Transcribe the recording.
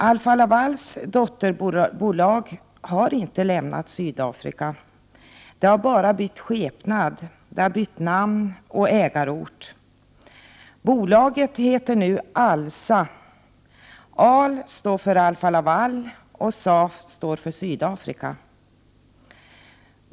Alfa-Lavals dotterbolag har inte lämnat Sydafrika, det har bara bytt skepnad, bytt namn och ägarort. Bolaget heter nu ALSA. AL står för Alfa-Laval och SA för Sydafrika.